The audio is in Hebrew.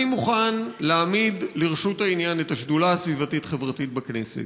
אני מוכן להעמיד לרשות העניין את השדולה הסביבתית-חברתית בכנסת,